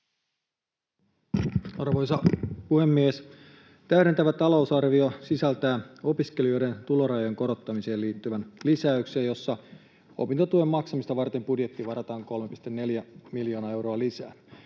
Arvoisa puhemies! Täydentävä talousarvio sisältää opiskelijoiden tulorajojen korottamiseen liittyvän lisäyksen, jossa opintotuen maksamista varten budjettiin varataan 3,4 miljoonaa euroa lisää.